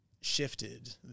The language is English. shifted